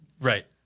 Right